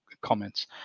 comments